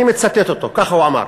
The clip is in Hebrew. אני מצטט אותו וככה הוא אמר,